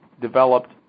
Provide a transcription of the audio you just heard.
developed